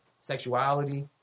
sexuality